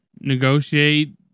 negotiate